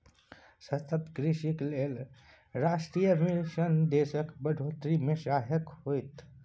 सतत कृषिक लेल राष्ट्रीय मिशन देशक बढ़ोतरी मे सहायक होएत